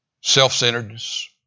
self-centeredness